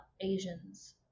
Asians